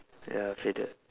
ya faded